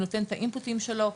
ונותן את האינפוטים שלו.